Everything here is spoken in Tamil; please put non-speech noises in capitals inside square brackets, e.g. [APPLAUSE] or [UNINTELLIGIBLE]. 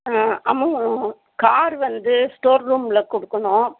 ஆ [UNINTELLIGIBLE] கார் வந்து ஸ்டோர் ரூம்மில் கொடுக்கணும்